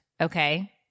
okay